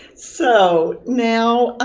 so now,